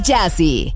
Jazzy